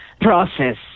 process